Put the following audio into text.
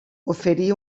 oferí